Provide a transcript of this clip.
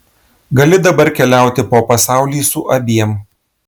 gali dabar keliauti po pasaulį su abiem